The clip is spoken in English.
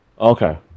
Okay